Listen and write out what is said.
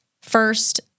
first—